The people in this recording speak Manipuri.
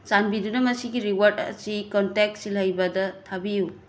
ꯆꯥꯟꯕꯤꯗꯨꯅ ꯃꯁꯤꯒꯤ ꯔꯤꯋꯥꯔꯗ ꯑꯁꯤ ꯀꯟꯇꯦꯛ ꯁꯤꯜꯍꯩꯕꯗ ꯊꯥꯕꯤꯌꯨ